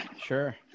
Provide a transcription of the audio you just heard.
Sure